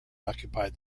occupied